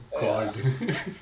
God